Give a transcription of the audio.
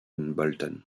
bolton